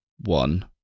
one